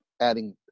adding